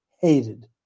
hated